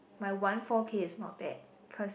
my one four K is not bad cause